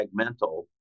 segmental